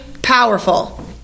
Powerful